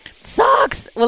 sucks